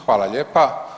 Hvala lijepa.